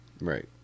right